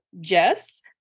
Jess